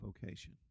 vocation